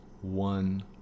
one